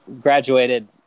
Graduated